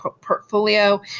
portfolio